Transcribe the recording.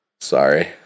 sorry